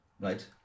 right